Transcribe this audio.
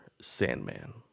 sandman